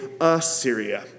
Assyria